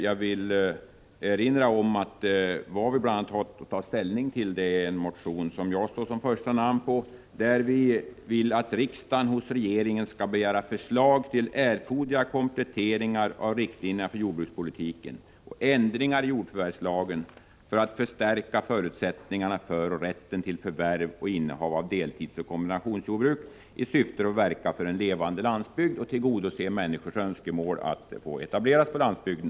Jag vill erinra om att vi nu bl.a. har att ta ställning till en motion, med mig som första namn, där det yrkas att riksdagen hos regeringen skall begära förslag till erforderliga kompletteringar av riktlinjerna för jordbrukspolitiken och ändringar i jordförvärvslagen för att förstärka förutsättningarna för och rätten till förvärv och innehav av deltidsoch kombinationsjordbruk i syfte att verka för en levande landsbygd samt att tillgodose människors önskemål att få etablera sig på landsbygden.